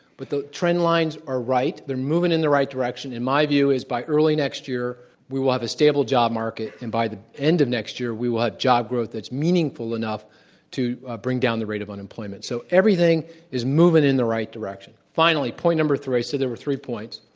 but the trend lines are right, they're moving in the right direction and my view is by early next year, we will have a stable job market, and by the end of next year, we will have job growth that's meaningful enough to bring down the rate of unemployment, so everything is moving in the right direction. finally, point number three, i said there were three points,